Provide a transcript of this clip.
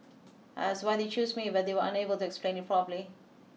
I asked why they chose me but they were unable to explain it properly